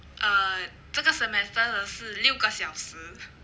um 这个 semester 的是六个小时